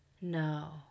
No